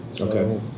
Okay